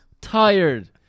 tired